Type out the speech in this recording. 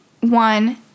one